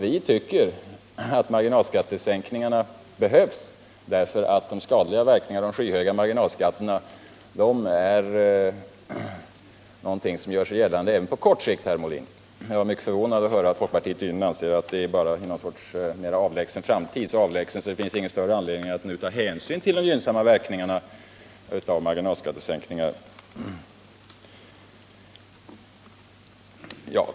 Vi anser nämligen att en sådan behövs därför att de skadliga verkningarna av de skyhöga marginalskatterna är någonting som gör sig gällande även på kort sikt, herr Molin. Jag var mycket förvånad att höra att folkpartiet tydligen anser att en marginalskattesänkning får effekt bara i någon sorts mer avlägsen framtid — så avlägsen att det inte finns någon större anledning att nu ta hänsyn till de gynnsamma verkningarna av en marginalskattesänkning.